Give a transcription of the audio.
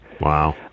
Wow